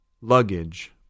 Luggage